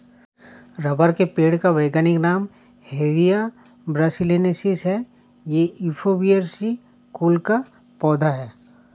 rubber के पेड़ का वैज्ञानिक नाम हेविया ब्रासिलिनेसिस है ये युफोर्बिएसी कुल का पौधा है